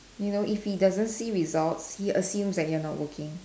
you know if he doesn't see results he assumes that you're not working